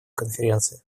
конференции